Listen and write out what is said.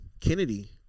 Kennedy